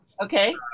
Okay